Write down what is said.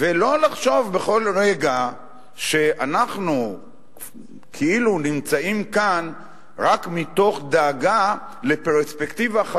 ולא לחשוב בכל רגע שאנחנו כאילו נמצאים כאן רק מתוך דאגה לפרספקטיבה,